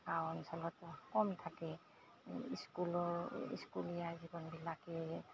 গাঁও অঞ্চলত বহুত কম থাকে স্কুলৰ স্কুলীয়া জীৱনবিলাকেই